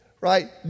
right